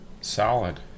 solid